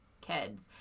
kids